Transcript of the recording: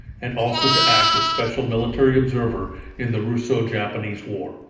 and also to act as special military observer in the russo-japanese war.